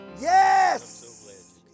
Yes